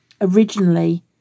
originally